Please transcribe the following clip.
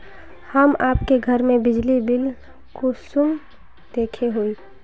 हम आप घर के बिजली बिल कुंसम देखे हुई?